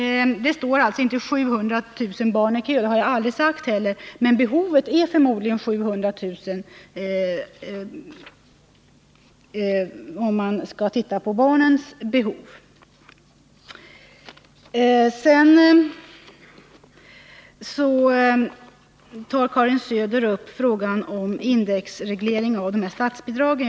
Det står alltså inte 700 000 barn i kö— det har jag heller aldrig sagt — men behovet är förmodligen 700 000, om man enbart skall se till barnens behov. Karin Söder tar sedan upp frågan om indexreglering av statsbidragen.